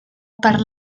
per